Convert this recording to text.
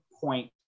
point